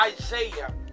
Isaiah